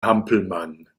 hampelmann